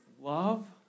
love